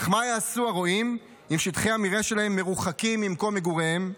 אך מה יעשו הרועים אם שטחי המרעה שלהם מרוחקים ממקום מגוריהם?